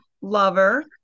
lover